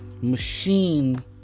machine